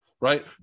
right